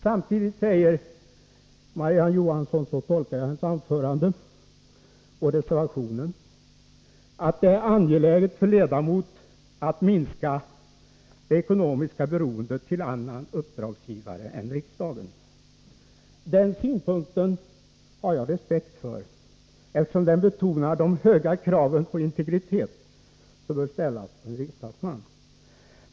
Samtidigt säger Marie-Ann Johansson — så tolkar åtminstone jag hennes anförande och reservationen — att det är angeläget för ledamot att minska det ekonomiska beroendet till annan uppdragsgivare än riksdagen. Den synpunkten har jag respekt för, eftersom den betonar de höga krav på integritet som bör ställas på en riksdagsman.